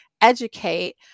educate